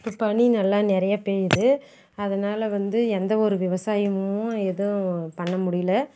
இப்போ பனி நல்லா நிறையா பெய்யுது அதனால் வந்து எந்த ஒரு விவசாயமும் எதுவும் பண்ண முடியல